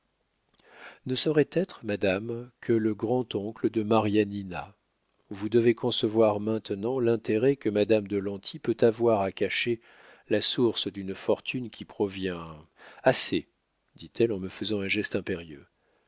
ne saurait être madame que le grand-oncle de marianina vous devez concevoir maintenant l'intérêt que madame de lanty peut avoir à cacher la source d'une fortune qui provient assez dit-elle en me faisant un geste impérieux